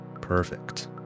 Perfect